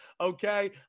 Okay